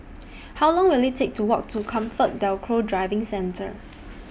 How Long Will IT Take to Walk to Comfort DelGro Driving Centre